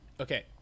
okay